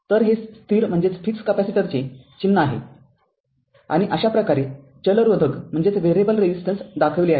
तर हे स्थिर कॅपेसिटरचे चिन्ह आहे आणि अशाप्रकारे चल रोधक दाखविले आहे